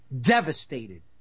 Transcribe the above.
Devastated